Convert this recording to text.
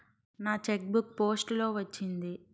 నా cheque book post లో వచ్చింది